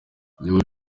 igihugu